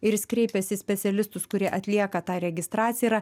ir jis kreipiasi į specialistus kurie atlieka tą registraciją yra